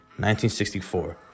1964